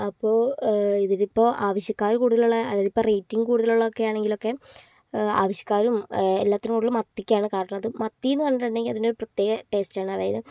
അപ്പോൾ ഇതിലിപ്പോൾ ആവശ്യക്കാർ കൂടുതലുള്ള അതായതിപ്പോൾ റേറ്റിംഗ് കൂടുതലുള്ളതൊക്കെയാണെങ്കിലൊക്കെ ആവശ്യക്കാരും എല്ലാറ്റിനേക്കാളും മത്തിക്കാണ് കാരണം അത് മത്തിയെന്ന് പറഞ്ഞിട്ടുണ്ടെങ്കിൽ അതിനൊരു പ്രത്യേക ടേസ്റ്റാണ് അതായത്